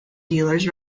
dealers